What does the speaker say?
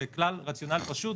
זה רציונל פשוט.